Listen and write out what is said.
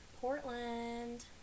Portland